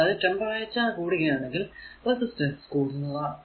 അതായതു ടെമ്പറേച്ചർ കൂടുകയാണേൽ റെസിസ്റ്റൻസ് കൂടുന്നതാണ്